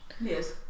Yes